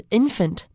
infant